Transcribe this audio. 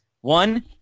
One